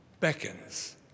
beckons